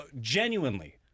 Genuinely